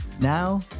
Now